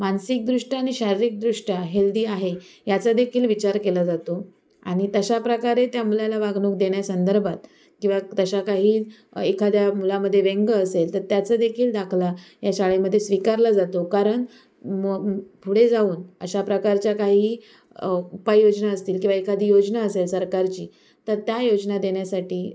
मानसिकदृष्ट्या आणि शारीरिकदृष्ट्या हेल्दी आहे ह्याचा देखील विचार केला जातो आणि तशा प्रकारे त्या मुलाला वागणूक देण्यासंदर्भात किंवा तशा काही एखाद्या मुलामध्ये व्यंग असेल तर त्याचं देखील दाखला या शाळेमध्ये स्वीकारला जातो कारण मग पुढे जाऊन अशाप्रकारच्या काही उपाययोजना असतील किंवा एखादी योजना असेल सरकारची तर त्या योजना देण्यासाठी